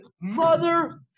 mother